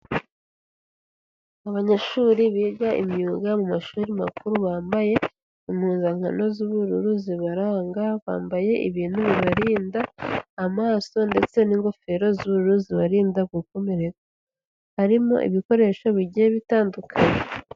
Abanyeshuri biga imyuga mu mashuri makuru, bambaye impuzankano z'ubururu zibaranga, bambaye ibintu bibarinda amaso, ndetse n'ingofero z'ubururu zibarinda gukomereka. Harimo ibikoresho bigiye bitandukanye.